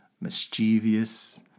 mischievous